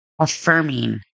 affirming